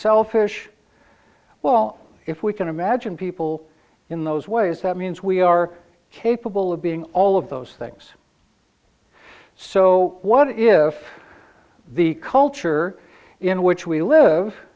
selfish well if we can imagine people in those ways that means we are capable of being all of those things so what if the culture in which we live